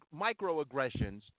microaggressions